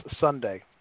Sunday